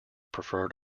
preferred